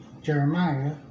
jeremiah